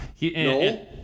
No